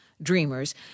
Dreamers